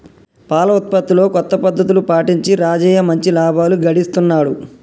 పాల ఉత్పత్తిలో కొత్త పద్ధతులు పాటించి రాజయ్య మంచి లాభాలు గడిస్తున్నాడు